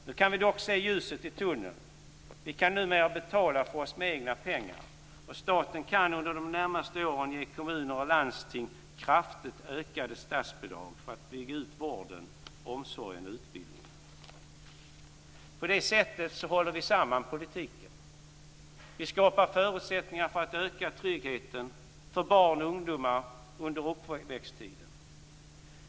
Nu kan vi dock se ljuset i tunneln. Vi kan numera betala för oss med egna pengar. Staten kan under de närmaste åren ge kommuner och landsting kraftigt ökade statsbidrag för att bygga ut vården, omsorgen och utbildningen. På det sättet håller vi samman politiken. Vi skapar förutsättningar för att öka tryggheten för barn och ungdomar under uppväxttiden.